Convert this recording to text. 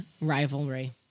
rivalry